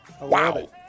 Wow